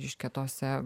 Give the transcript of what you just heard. reiškia tose